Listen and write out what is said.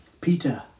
Peter